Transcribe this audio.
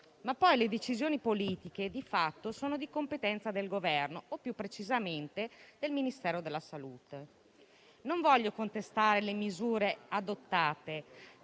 Ma poi le decisioni politiche di fatto sono di competenza del Governo o, più precisamente, del Ministero della salute. Non voglio contestare le misure adottate,